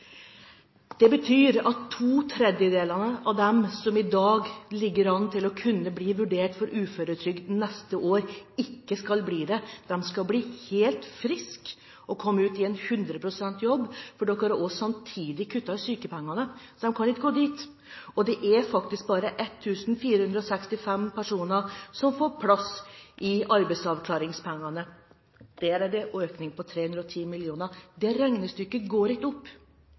Det betyr at to tredjedeler av dem som i dag ligger an til å kunne bli vurdert for uføretrygd neste år, ikke skal bli det – de skal bli helt friske og komme ut i 100 pst. jobb, for man har samtidig kuttet i sykepengeordningen, så de kan ikke gå dit. Og det er faktisk bare 1 465 personer som får plass i ordningen med arbeidsavklaringspenger – der er det en økning på 310 mill. kr. Det regnestykket går ikke opp.